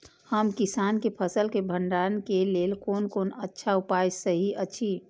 हम किसानके फसल के भंडारण के लेल कोन कोन अच्छा उपाय सहि अछि?